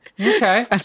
okay